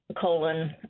colon